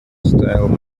style